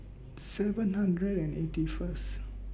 seven hundred and eighty First